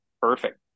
perfect